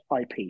IP